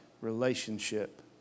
relationship